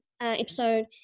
episode